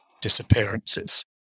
disappearances